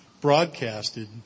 broadcasted